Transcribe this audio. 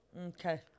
Okay